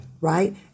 right